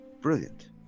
Brilliant